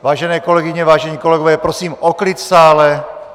Vážené kolegyně, vážení kolegové, prosím o klid v sále.